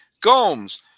Gomes